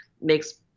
makes